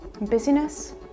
busyness